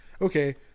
okay